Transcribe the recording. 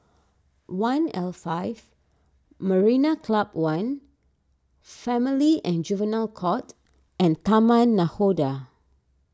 one' L Five Marina Club one Family and Juvenile Court and Taman Nakhoda